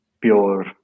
pure